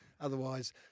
Otherwise